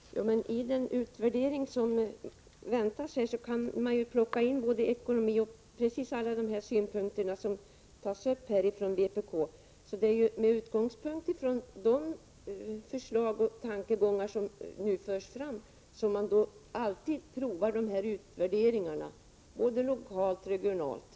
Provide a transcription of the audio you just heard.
Herr talman! I den utvärdering som väntas kan man ju plocka in precis alla de synpunkter som vpk tar upp. De här utvärderingarna görs alltid, både lokalt och regionalt, med utgångspunkt i de förslag och tankegångar som här har förts fram.